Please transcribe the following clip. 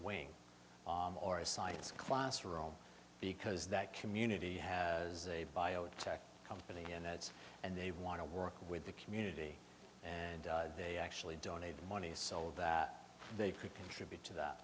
wing or a science classroom because that community has a biotech company and that's and they want to work with the community and they actually donated money so that they could contribute to that